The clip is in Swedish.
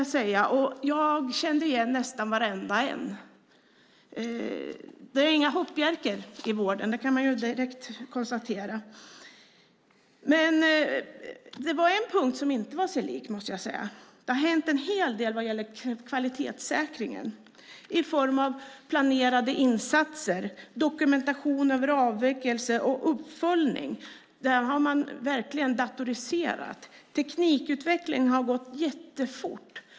Jag kände igen nästan varenda en. Det finns inga hoppjerkor i vården. En punkt var inte sig lik. Det har hänt en hel del vad gäller kvalitetssäkringen i form av planerade insatser, dokumentation över avvikelser och uppföljning. Där har man verkligen datoriserat. Teknikutvecklingen har gått fort.